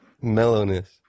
mellowness